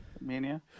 Mania